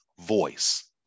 voice